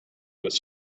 his